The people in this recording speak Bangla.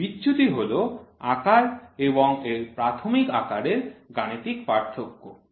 বিচ্যুতি হল আকার এবং এর প্রাথমিক আকারের গাণিতিক পার্থক্য